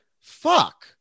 fuck